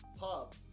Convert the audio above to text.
Pub